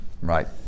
Right